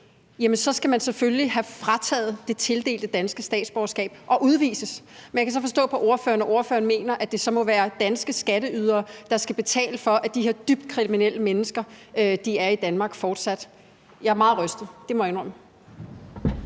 så skal man selvfølgelig have frataget det tildelte danske statsborgerskab og udvises. Men jeg kan så forstå på ordføreren, at ordføreren mener, at det må være danske skatteydere, der skal betale for, at de her dybt kriminelle mennesker fortsat er i Danmark. Jeg er meget rystet. Det må jeg indrømme.